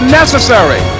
necessary